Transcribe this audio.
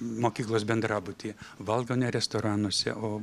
mokyklos bendrabuty valgo ne restoranuose o